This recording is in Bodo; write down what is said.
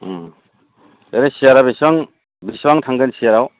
सियारा बेसेबां बेसेबां थांगोन सियाराव